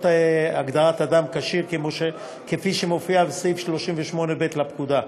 את הגדרת "אדם כשיר" כפי שמופיעה בסעיף 38ב לפקודה.